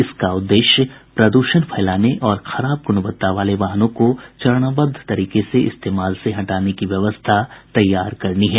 इसका उद्देश्य प्रदूषण फैलाने और खराब गुणवत्ता वाले वाहनों को चरणबद्ध तरीके से इस्तेमाल से हटाने की व्यवस्था तैयार करनी है